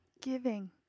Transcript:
Giving